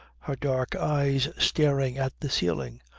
her dark eyes staring at the ceiling,